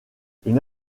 une